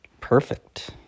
Perfect